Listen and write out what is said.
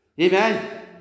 Amen